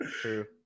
true